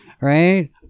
right